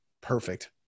perfect